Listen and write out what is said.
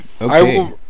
Okay